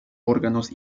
órganos